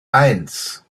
eins